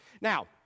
Now